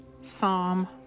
Psalm